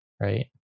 right